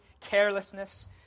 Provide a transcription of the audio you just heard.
carelessness